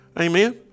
Amen